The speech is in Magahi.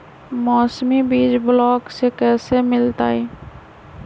मौसमी बीज ब्लॉक से कैसे मिलताई?